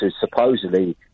supposedly